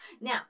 Now